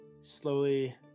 slowly